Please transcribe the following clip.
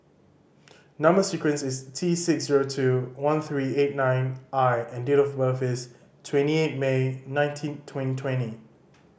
number sequence is T six zero two one three eight nine I and date of birth is twenty eight May nineteen twenty twenty